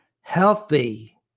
healthy